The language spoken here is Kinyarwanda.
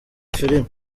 filime